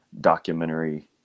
documentary